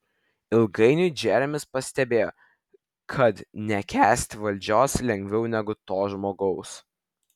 ilgainiui džeremis pastebėjo kad nekęsti valdžios lengviau negu to žmogaus